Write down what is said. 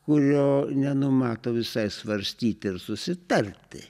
kurio nenumato visai svarstyti ir susitarti